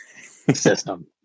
system